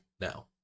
now